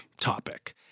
topic